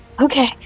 Okay